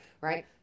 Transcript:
right